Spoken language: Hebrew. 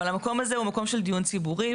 אבל המקום הזה הוא מקום של דיון ציבורי,